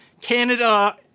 Canada